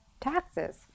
taxes